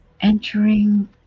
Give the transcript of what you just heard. entering